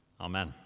Amen